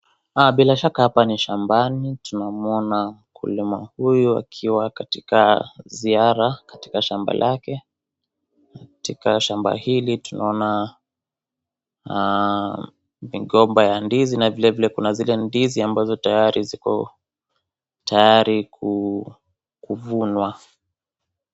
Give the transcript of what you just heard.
Bila shaka hapa ni shambani tunamuona mkulima huyu akiwa katika ziara katika shamba lake, katika shamba hili tunaona migomba ya ndizi na vilevile kuna zile ndizi ambazo tayari ziko tayari kuvunwa.